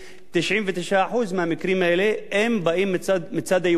האלה באים מצד היהודים כנגד הצד הערבי,